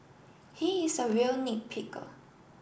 he is a real nitpicker